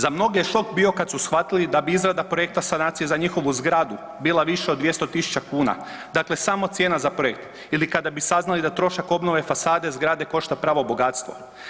Za mnoge je šok bio kad su shvatili da bi izrada projekta sanacije za njihovu zgradu bila više od 200 tisuća kuna, dakle samo cijena za projekt ili kada bi saznali da trošak obnove fasade zgrade košta pravo bogatstvo.